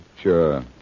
Sure